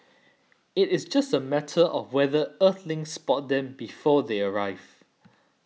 it is just a matter of whether Earthlings spot them before they arrive